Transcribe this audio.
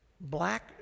black